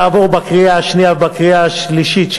הרווחה והבריאות שתעבור בקריאה שנייה ובקריאה שלישית.